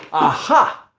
ah ha!